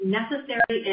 necessary